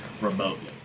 remotely